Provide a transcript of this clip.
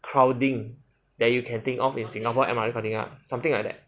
crowding that you can think of in singapore M_R_T something like that